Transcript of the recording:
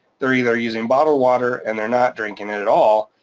they're either using bottled water and they're not drinking it at all,